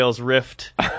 rift